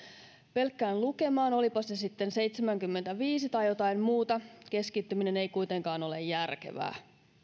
pelkkään lukemaan olipa se sitten seitsemänkymmentäviisi tai jotain muuta keskittyminen ei kuitenkaan ole järkevää